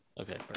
Okay